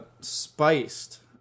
spiced